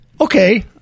Okay